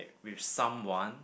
with someone